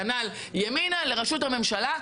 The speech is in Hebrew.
כנ"ל ימינה לראשות הממשלה.